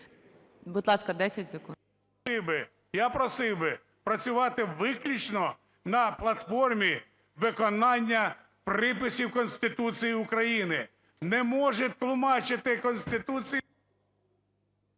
Будь ласка, 10 секунд. НІМЧЕНКО В.І. Я просив би працювати виключно на платформі виконання приписів Конституції України. Не може тлумачити… ГОЛОВУЮЧИЙ.